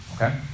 okay